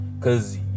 Cause